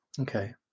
Okay